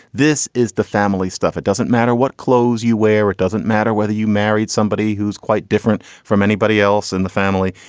this is the family stuff. it doesn't matter what clothes you wear. it doesn't matter whether you married somebody who's quite different from anybody else in the family.